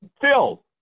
Phil